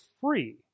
free